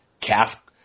calf